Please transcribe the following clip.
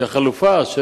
הוחלט על החלופה של